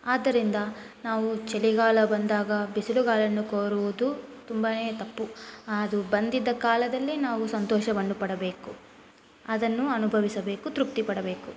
ಆದ್ದರಿಂದ ನಾವು ಚಳಿಗಾಲ ಬಂದಾಗ ಬಿಸಿಲುಗಾಲವನ್ನು ಕೋರುವುದು ತುಂಬಾ ತಪ್ಪು ಅದು ಬಂದಿದ್ದ ಕಾಲದಲ್ಲಿ ನಾವು ಸಂತೋಷವನ್ನು ಪಡಬೇಕು ಅದನ್ನು ಅನುಭವಿಸಬೇಕು ತೃಪ್ತಿ ಪಡಬೇಕು